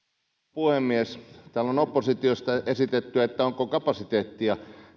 puhemies täällä on oppositiosta esitetty että onko kapasiteettia